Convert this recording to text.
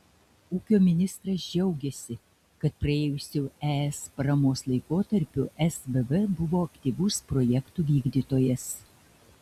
ūkio ministras džiaugėsi kad praėjusiu es paramos laikotarpiu svv buvo aktyvus projektų vykdytojas